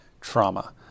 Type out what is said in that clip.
trauma